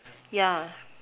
yeah